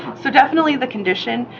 so definitely the condition,